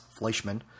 Fleischman